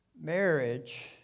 Marriage